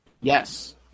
yes